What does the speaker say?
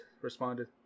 responded